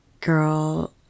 girl